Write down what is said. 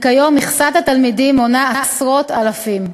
וכיום מכסת התלמידים מונה עשרות אלפים.